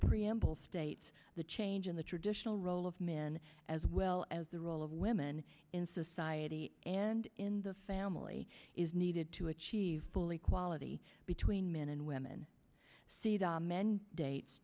preamble states the change in the traditional role of men as well as the role of women in society and in the family is needed to achieve full equality between men and women see the men dates